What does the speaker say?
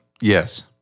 Yes